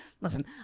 listen